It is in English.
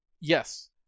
yes